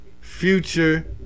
Future